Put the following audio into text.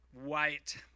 white